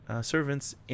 servants